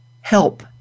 help